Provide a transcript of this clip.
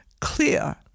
clear